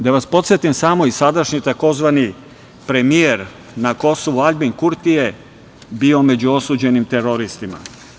Da vas podsetim samo, i sadašnji tzv. premijer na Kosovu Aljbin Kurti je bio među osuđenim teroristima.